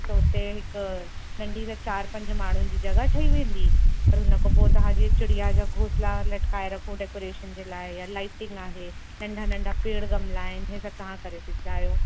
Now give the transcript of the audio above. त हुते हिक नंढी चारि पंज माण्हूनि जी जॻह ठही वेंदी पर हुन खां पोइ तव्हां जीअं चिड़िया जा घोंसला लटकाए रखो डेकोरेशन जे लाइ या लाइटिंग आहे नंढा नंढा पेड़ गमला आहिनि हीअ सभु तव्हां करे सघंदा आहियो